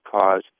cause